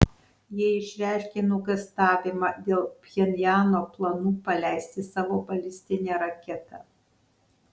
jie išreiškė nuogąstavimą dėl pchenjano planų paleisti savo balistinę raketą